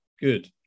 good